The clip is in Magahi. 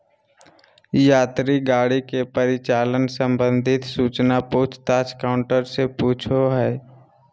यात्री गाड़ी के परिचालन संबंधित सूचना पूछ ताछ काउंटर से पूछो हइ